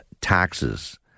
taxes